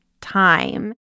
time